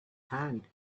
hand